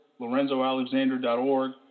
Lorenzoalexander.org